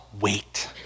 wait